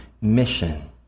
mission